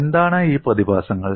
എന്താണ് ഈ പ്രതിഭാസങ്ങൾ